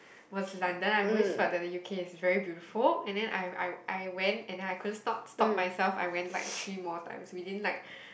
was London I've always felt that the U_K is very beautiful and then I I I went and then I couldn't stop stop myself I went like three more times within like